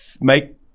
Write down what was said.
Make